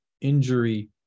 injury